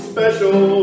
Special